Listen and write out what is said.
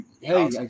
hey